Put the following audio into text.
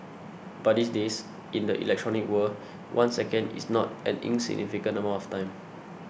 but these days in the electronic world one second is not an insignificant amount of time